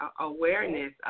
awareness